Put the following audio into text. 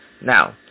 Now